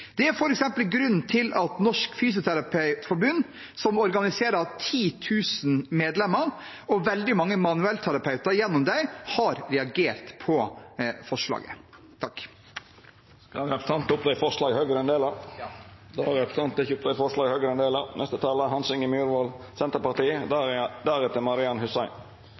Det er f.eks. grunnen til at Norsk Fysioterapeutforbund, som organiserer 10 000 medlemmer og gjennom det veldig mange manuellterapeuter, har reagert på forslaget. Skal representanten ta opp det forslaget Høgre er ein del av? Ja. Då har representanten